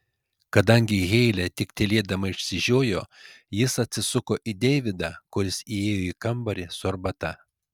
kadangi heilė tik tylėdama išsižiojo jis atsisuko į deividą kuris įėjo į kambarį su arbata